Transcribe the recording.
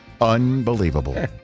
Unbelievable